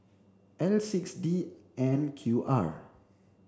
L six D N Q R